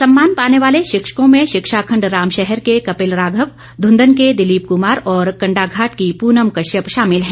सम्मान पाने वाले शिक्षकों में शिक्षा खंड रामशहर के कपिल राघव धूंदन के दिलीप कुमार और कंडाघाट की प्रनम कश्यप शामिल है